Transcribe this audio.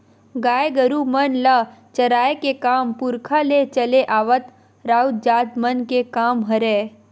गाय गरु मन ल चराए के काम पुरखा ले चले आवत राउत जात मन के काम हरय